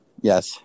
Yes